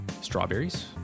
strawberries